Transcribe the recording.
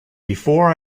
before